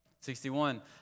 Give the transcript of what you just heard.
Sixty-one